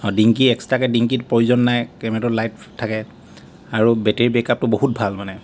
অঁ ডিংকি এক্সটাকৈ ডিংকিত প্ৰয়োজন নাই কেমেৰাটো লাইভ থাকে আৰু বেটেৰী বেক আপটো বহুত ভাল মানে